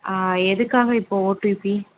ஆ எதுக்காக இப்போ ஓடிபி